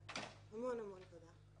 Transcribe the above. אומרת המון המון תודה.